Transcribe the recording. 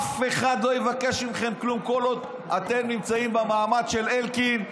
אף אחד לא יבקש מכם כלום כל עוד אתם נמצאים במעמד של אלקין,